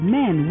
men